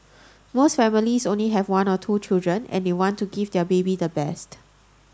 most families only have one or two children and they want to give their baby the best